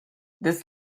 this